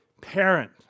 parent